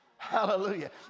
Hallelujah